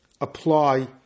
apply